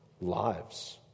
lives